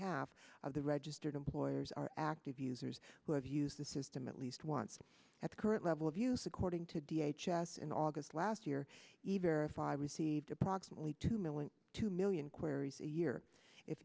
half of the registered employers are active users who have used the system at least once at current level of use according to d h s in august last year even if i received approximately two million two million queries a year if